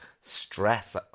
stress